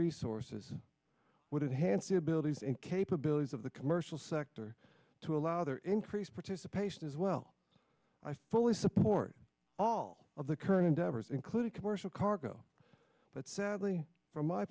resources what hansie abilities and capabilities of the commercial sector to allow their increased participation is well i fully support all of the current endeavors including commercial cargo but sadly from my